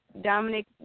Dominic